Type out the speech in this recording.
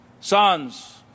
sons